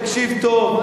תקשיב טוב.